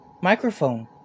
microphone